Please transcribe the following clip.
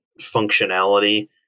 functionality